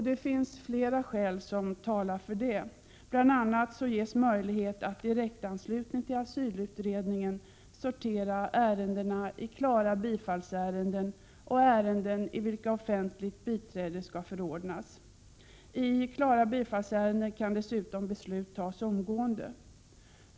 Det finns flera skäl som talar för detta — bl.a. ges möjlighet att i direkt anslutning till asylutredningen sortera ärendena i klara bifallsärenden och ärenden i vilka offentligt biträde skall förordnas. I klara bifallsärenden kan dessutom beslut fattas omgående.